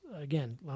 again